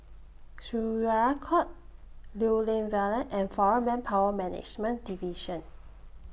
Syariah Court Lew Lian Vale and Foreign Manpower Management Division